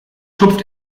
tupft